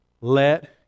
let